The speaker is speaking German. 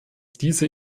diese